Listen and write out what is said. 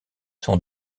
sont